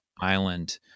Island